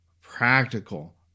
practical